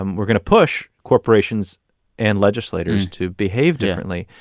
um we're going to push corporations and legislators to behave differently.